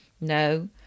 No